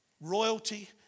Royalty